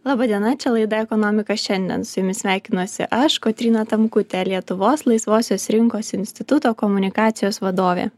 laba diena čia laida ekonomika šiandien su jumis sveikinuosi aš kotryna tamkutė lietuvos laisvosios rinkos instituto komunikacijos vadovė